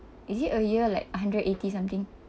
is it a year like hundred eighty something